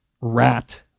rat